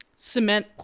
cement